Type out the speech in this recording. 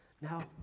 Now